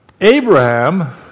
Abraham